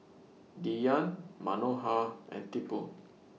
Dhyan Manohar and Tipu